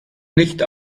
nicht